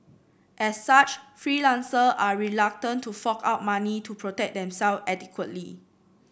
as such freelancers are reluctant to fork out money to protect themselves adequately